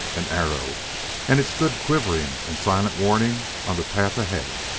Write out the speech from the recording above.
an arrow and it stood quivering in silent warning on the path ahead.